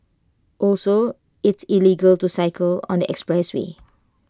also it's illegal to cycle on the expressway